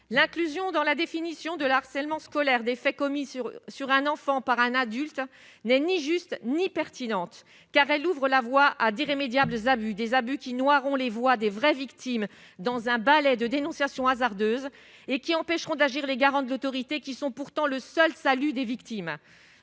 l'inclusion dans la définition de l'harcèlement scolaire des faits commis sur sur un enfant par un adulte n'est ni juste ni pertinente, car elle ouvre la voie à d'irrémédiables abus des abus qui noir, on les voit des vraies victimes dans un ballet de dénonciation hasardeuses et qui empêcheront d'agir les garants de l'autorité, qui sont pourtant le seul salut des victimes,